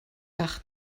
par